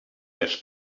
has